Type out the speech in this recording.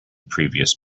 previous